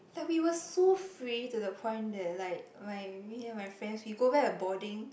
like we were so free to the point that like like me and my friends we go back a boarding